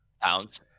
Pounds